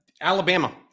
Alabama